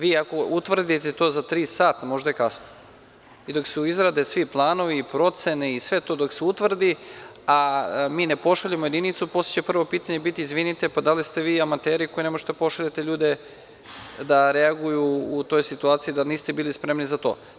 Vi ako utvrdite to za tri sata, možda je kasno i dok su u izrade svi planovi i procene, dok se utvrdi, a mi ne pošaljemo jedinicu, posle će prvo pitanje biti – izvinite, da li ste vi amateri koji ne možete da pošaljete ljude da reaguju u toj situaciji, da niste bili spremni za to?